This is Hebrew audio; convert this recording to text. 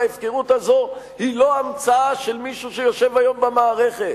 וההפקרות הזאת היא לא המצאה של מישהו שיושב היום במערכת,